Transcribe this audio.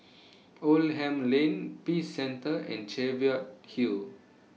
Oldham Lane Peace Centre and Cheviot Hill